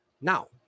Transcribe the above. Now